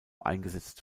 eingesetzt